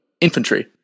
infantry